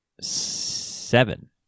seven